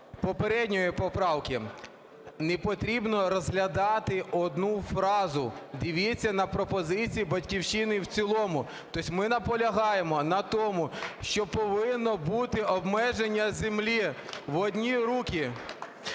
попередньої поправки. Не потрібно розглядати одну фразу. Дивіться на пропозиції "Батьківщини" в цілому. То єсть ми наполягаємо на тому, що повинно бути обмеження землі в одні руки.